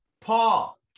Paul